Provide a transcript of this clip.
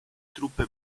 truppe